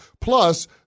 Plus